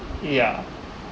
yeah